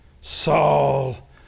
Saul